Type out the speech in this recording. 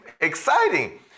exciting